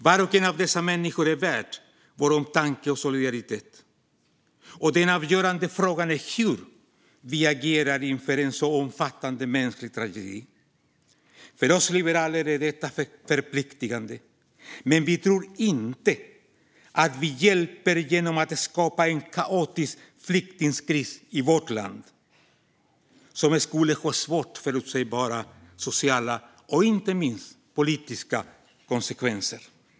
Var och en av dessa människor är värd vår omtanke och solidaritet, och den avgörande frågan är hur vi agerar inför en så omfattande mänsklig tragedi. För oss liberaler är detta förpliktande, men vi tror inte att vi hjälper genom att i vårt land skapa en kaotisk flyktingkris som skulle ha svårförutsägbara sociala och inte minst politiska konsekvenser.